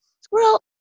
squirrel